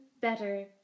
better